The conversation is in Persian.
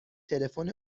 تلفن